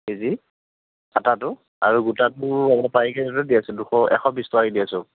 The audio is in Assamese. কেজি কটাটো আৰু গোটাটো আপোনাৰ পাইকাৰী ৰেটতে দি আছোঁ দুশ এশবিশ টকাকৈ দি আছোঁ